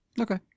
Okay